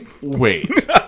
Wait